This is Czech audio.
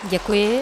Děkuji.